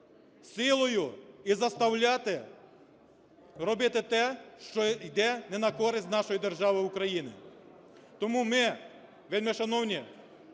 силою і заставляти робити те, що йде не на користь нашої держави України. Тому ми, вельмишановні